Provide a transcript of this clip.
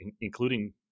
including